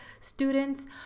students